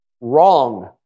wrong